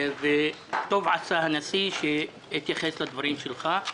וטוב עשה הנשיא שהתייחס לדברים שלך.